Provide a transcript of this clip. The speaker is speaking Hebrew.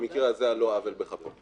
במקרה הזה על לא עוול בכפו.